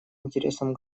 интересам